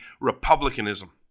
republicanism